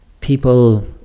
People